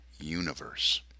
universe